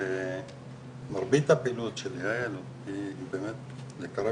בעצמות, מרבית הפעילות של יעל היא באמת לקרב